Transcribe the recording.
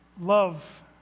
love